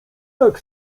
tak